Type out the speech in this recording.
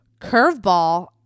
curveball